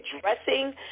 dressing